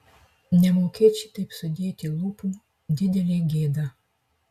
nemokėt šitaip sudėti lūpų didelė gėda